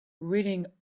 reading